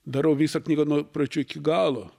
darau visą knygą nuo pradžių iki galo